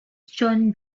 jon